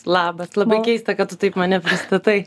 labas labai keista kad tu taip mane pristatai